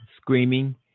screaming